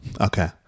Okay